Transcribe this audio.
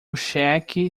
cheque